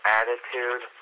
attitude